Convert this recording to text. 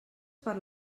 per